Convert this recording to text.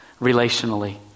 relationally